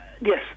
Yes